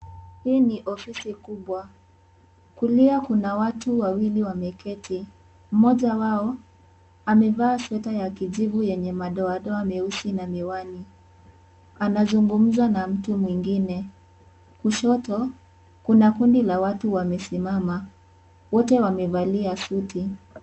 Hii ni ofisi kubwa, kulia kuna watu wawili wameketi. Mmoja wao amevaa sweta ya kijivu yenye madodoa meusi na miwani , anazungumuza na mtu mwingine. Kushoto kuna kundi la watu wamesimama wote wamevalia suti.